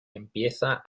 empieza